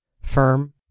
firm